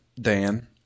Dan